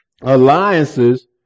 alliances